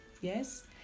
yes